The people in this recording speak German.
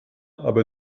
aber